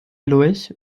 lurch